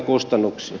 arvoisa puhemies